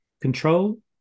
control